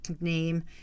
name